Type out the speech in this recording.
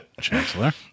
Chancellor